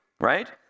right